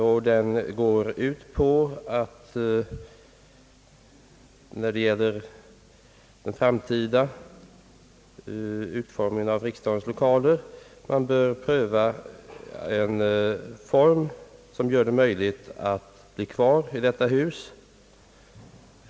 Reservationen går ut på att man vid den framtida utformningen av riksdagens lokaler bör pröva en form som gör det möjligt att bli kvar i detta hus.